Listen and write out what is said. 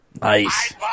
Nice